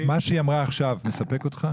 מה שהיא אמרה עכשיו מספק אותך?